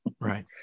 Right